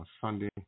Sunday